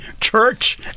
church